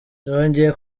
yongeye